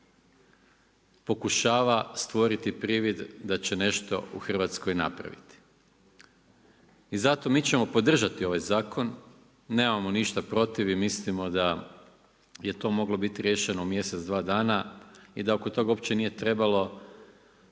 pokušava stvoriti privid da će nešto u Hrvatskoj napraviti. I zato mi ćemo podržati ovaj zakon, nemamo ništa protiv i mislimo da je to moglo biti riješeno u mjesec, dva dana, i da oko toga uopće nije trebalo